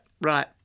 Right